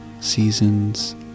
seasons